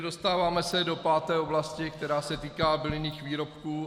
Dostáváme se do páté oblasti, která se týká bylinných výrobků.